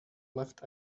left